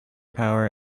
power